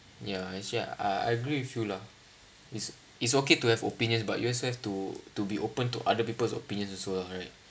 ya actually I I agree with you lah it's it's okay to have opinions but you also have to to be open to other people's opinions also ah right